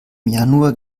januar